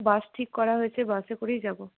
বাস ঠিক করা হয়েছে বাসে করেই যাব